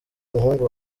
umuhungu